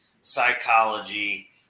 psychology